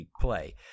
play